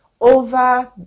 over